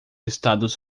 estados